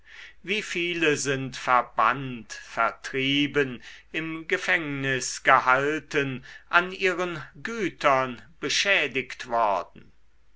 wie viele sind verbannt vertrieben im gefängnis gehalten an ihren gütern beschädigt worden